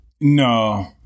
No